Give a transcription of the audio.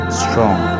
strong